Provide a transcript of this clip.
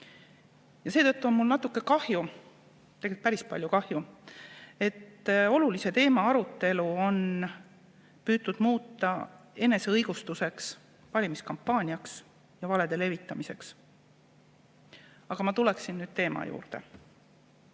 Seetõttu on mul natuke kahju, tegelikult päris palju kahju, et olulise teema arutelu on püütud muuta eneseõigustuseks, valimiskampaaniaks ja valede levitamiseks. Aga ma tulen nüüd teema juurde.